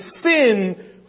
sin